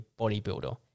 bodybuilder